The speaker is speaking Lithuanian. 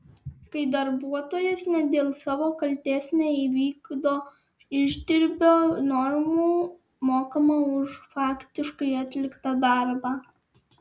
kai darbuotojas ne dėl savo kaltės neįvykdo išdirbio normų mokama už faktiškai atliktą darbą